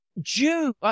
June